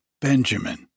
Benjamin